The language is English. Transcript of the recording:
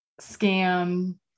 scam